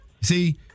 See